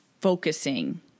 focusing